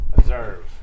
Observe